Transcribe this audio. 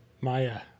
Maya